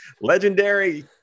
legendary